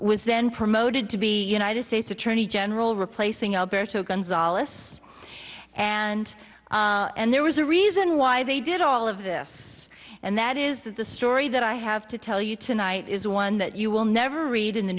then promoted to be united states attorney general replacing alberto gonzales and and there was a reason why they did all of this and that is that the story that i have to tell you tonight is one that you will never read in the